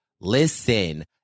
listen